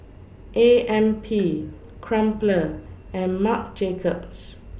A M P Crumpler and Marc Jacobs